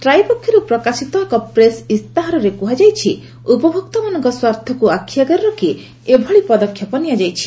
TRAI ପକ୍ଷରୁ ପ୍ରକାଶିତ ଏକ ପ୍ରେସ୍ ଇସ୍ତାହାରରେ କୁହାଯାଇଛି ଉପଭୋକ୍ତାମାନଙ୍କ ସ୍ୱାର୍ଥକୁ ଆଖିଆଗରେ ରଖି ଏଭଳି ପଦକ୍ଷେପ ନିଆଯାଇଛି